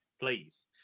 please